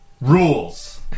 Rules